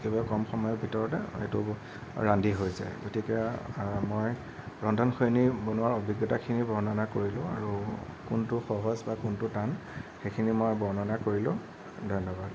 একেবাৰে কম সময়ৰ ভিতৰতে এইটো ৰান্ধি হৈ যায় গতিকে মই ৰন্ধনশৈলী বনোৱাৰ অভিজ্ঞতাখিনি বৰ্ণনা কৰিলোঁ আৰু কোনটো সহজ বা কোনটো টান সেইখিনি মই বৰ্ণনা কৰিলোঁ ধন্যবাদ